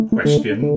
Question